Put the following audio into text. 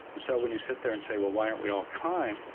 so when you sit there and say well why aren't we all kind?